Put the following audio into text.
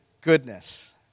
goodness